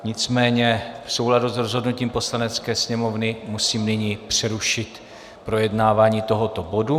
Nicméně v souladu s rozhodnutím Poslanecké sněmovny musím nyní přerušit projednávání tohoto bodu.